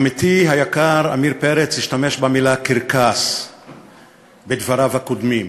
עמיתי היקר עמיר פרץ השתמש במילה קרקס בדבריו הקודמים.